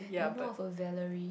you know of a Valerie